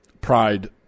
pride